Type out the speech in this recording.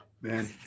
Man